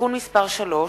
(תיקון מס' 3),